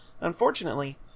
Unfortunately